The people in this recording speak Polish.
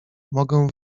mogę